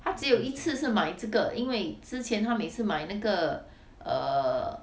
她只有一次是买这个因为之前她每次买那个 err